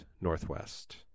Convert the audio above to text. Northwest